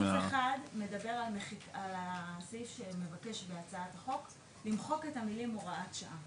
סעיף 1 מדבר על הסעיף שמבקש בהצעת החוק למחוק את המילים הוראת שעה,